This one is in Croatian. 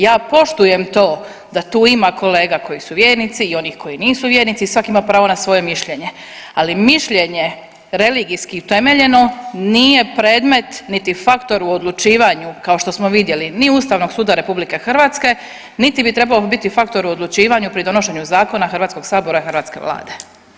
Ja poštujem to da tu ima kolega koji su vjernici i onih koji nisu vjernici, svako ima pravo na svoje mišljenje, ali mišljenje religijski utemeljeno nije predmet niti faktor u odlučivanju, kao što smo vidjeli, ni Ustavnog suda RH niti bi trebao biti faktor u odlučivanju pri donošenju zakona HS-a i hrvatske Vlade.